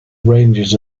ranges